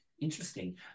Interesting